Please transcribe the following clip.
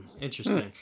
Interesting